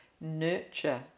nurture